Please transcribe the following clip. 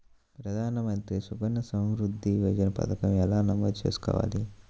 ప్రధాన మంత్రి సుకన్య సంవృద్ధి యోజన పథకం ఎలా నమోదు చేసుకోవాలీ?